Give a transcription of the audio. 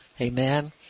Amen